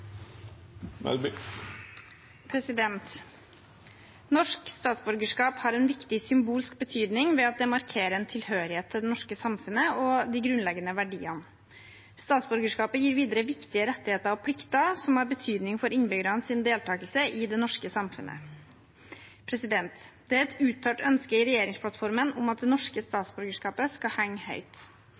Norsk statsborgerskap har en viktig symbolsk betydning ved at det markerer en tilhørighet til det norske samfunnet og de grunnleggende verdiene. Statsborgerskapet gir videre viktige rettigheter og plikter som har betydning for innbyggernes deltakelse i det norske samfunnet. Det er et uttalt ønske i regjeringsplattformen at det norske statsborgerskapet skal henge høyt.